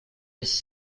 was